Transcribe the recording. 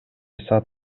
саат